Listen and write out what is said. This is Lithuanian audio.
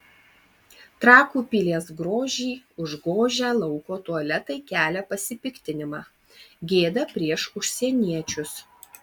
trakų pilies grožį užgožę lauko tualetai kelia pasipiktinimą gėda prieš užsieniečius